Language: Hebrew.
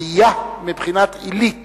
עלייה מבחינת עילית